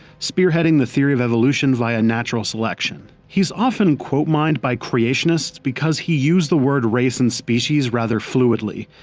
spearheading the theory of evolution via natural selection. he's often quote-mined by creationists because he used the word race and species rather fluidly,